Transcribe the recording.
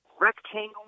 rectangle